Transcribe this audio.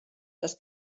das